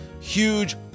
Huge